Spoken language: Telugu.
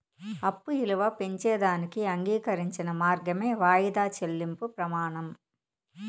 అప్పు ఇలువ పెంచేదానికి అంగీకరించిన మార్గమే వాయిదా చెల్లింపు ప్రమానం